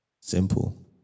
simple